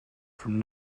from